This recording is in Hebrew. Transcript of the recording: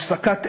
הפסקת אש,